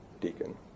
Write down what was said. deacon